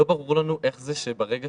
לא ברור לנו איך זה שברגע